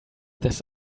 this